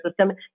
system